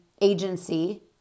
agency